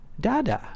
dada